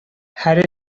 harry